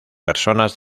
personas